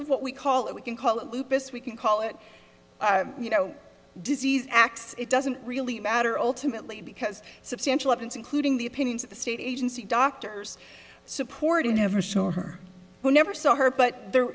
of what we call it we can call it lupus we can call it you know disease x it doesn't really matter ultimately because substantial evidence including the opinions of the state agency doctors supporting never saw her who never saw her but there